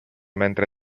mentre